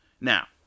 Now